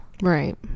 right